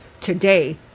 Today